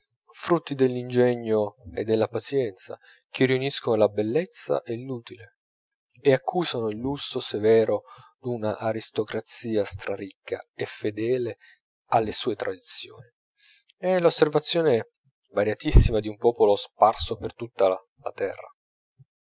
frutti dell'ingegno e della pazienza che riuniscono la bellezza e l'utile e accusano il lusso severo d'un'aristocrazia straricca e fedele alle sue tradizioni e l'osservazione variatissima di un popolo sparso per tutta la terra